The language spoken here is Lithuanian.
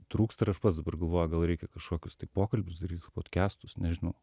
trūksta ir aš pats dabar galvoju gal reikia kažkokius tai pokalbius daryt potkestus nežinau